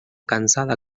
cansada